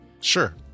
Sure